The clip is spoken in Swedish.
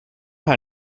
här